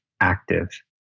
active